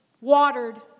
watered